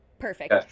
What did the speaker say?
Perfect